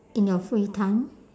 in your free time